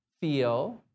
feel